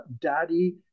Daddy